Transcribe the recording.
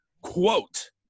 quote